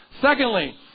Secondly